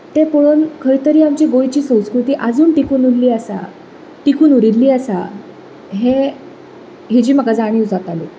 तें पळोवन खंय तरी आमची गोंयची संस्कृती अजून टिकून उरली आसा टिकून उरिल्ली आसा हें हाजी म्हाका जाणीव जाताली